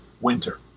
winter